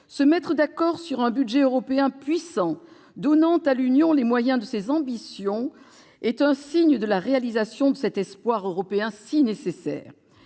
Se mettre d'accord sur un budget européen puissant, donnant à l'Union les moyens de ses ambitions est un signe que cet espoir européen si nécessaire